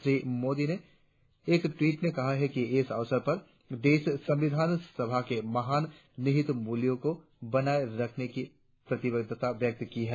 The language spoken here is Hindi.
श्री मोदी एन ट्वीट में कहा कि इस अवसर पर देश संविधान सभा के महान निहित मूल्यों को बनाए रखने की प्रतिबद्धता व्यक्त की है